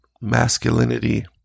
masculinity